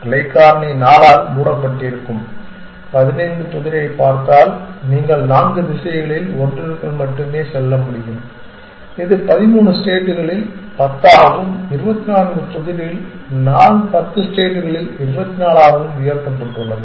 கிளை காரணி 4 ஆல் மூடப்பட்டிருக்கும் 15 புதிரைப் பார்த்தால் நீங்கள் நான்கு திசைகளில் ஒன்றிற்குள் மட்டுமே செல்ல முடியும் இது 13 ஸ்டேட்களில் 10 ஆகவும் 24 புதிரில் 10 ஸ்டேட்களில் 24 ஆகவும் உயர்த்தப்பட்டுள்ளது